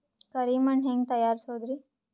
ಕರಿ ಮಣ್ ಹೆಂಗ್ ತಯಾರಸೋದರಿ?